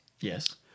Yes